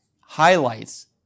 highlights